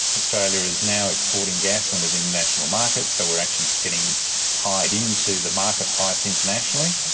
australia is now exporting gas onto the international market, so we are actually getting tied in to the market price internationally.